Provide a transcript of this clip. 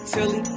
Tilly